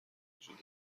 وجود